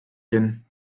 hin